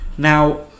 Now